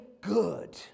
good